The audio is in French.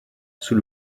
sous